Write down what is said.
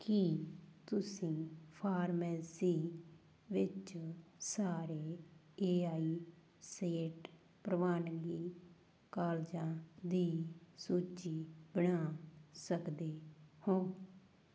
ਕੀ ਤੁਸੀਂ ਫਾਰਮੇਸੀ ਵਿੱਚ ਸਾਰੇ ਏ ਆਈ ਸੀਟੀਈ ਪ੍ਰਵਾਨਿਤ ਕਾਲਜਾਂ ਦੀ ਸੂਚੀ ਬਣਾ ਸਕਦੇ ਹੋ